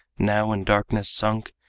now in darkness sunk,